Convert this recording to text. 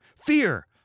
Fear